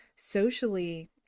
Socially